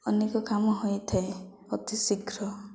ଅନେକ କାମ ହୋଇଥାଏ ଅତି ଶୀଘ୍ର